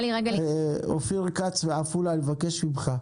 אופיר כץ ועפולה, אני מבקש ממך.